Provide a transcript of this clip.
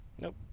Nope